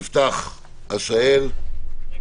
יפתח עשהאל.